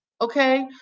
okay